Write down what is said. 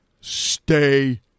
stay